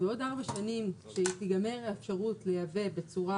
בעוד ארבע שנים כשתיגמר האפשרות לייבא בצורה,